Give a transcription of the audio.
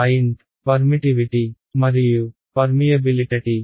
permittivity మరియు permeability